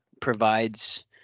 provides